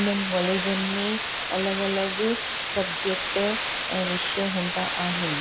उन्हनि कॉलेजनि में अलॻि अलॻि सबजेक्ट ऐं विषय हूंदा आहिनि